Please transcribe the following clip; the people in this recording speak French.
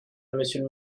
monsieur